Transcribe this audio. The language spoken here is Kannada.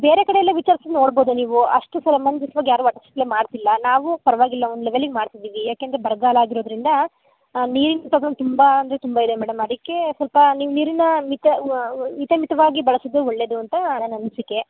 ಬೇರೆ ಕಡೆ ಎಲ್ಲ ವಿಚಾರಿಸಿ ನೋಡ್ಬೋದು ನೀವು ಅಷ್ಟು ಸಮಂಜಸ್ವಾಗಿ ಯಾರೂ ವಾಟ್ರ್ ಸಪ್ಲೈ ಮಾಡ್ತಿಲ್ಲ ನಾವು ಪರವಾಗಿಲ್ಲ ಒಂದು ಲೆವೆಲಿಗೆ ಮಾಡ್ತಿದ್ದೀವಿ ಏಕೆಂದ್ರೆ ಬರಗಾಲ ಆಗಿರೋದರಿಂದ ನೀರಿನ ಪ್ರಾಬ್ಲಮ್ ತುಂಬ ಅಂದರೆ ತುಂಬ ಇದೆ ಮೇಡಮ್ ಅದಕ್ಕೆ ಸ್ವಲ್ಪ ನೀವು ನೀರನ್ನ ಮಿತ ಇತ ಮಿತವಾಗಿ ಬಳ್ಸಿದ್ರೆ ಒಳ್ಳೆಯದು ಅಂತ ನನ್ನ ಅನಿಸಿಕೆ